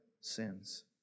sins